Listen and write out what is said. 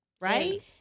right